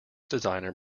designer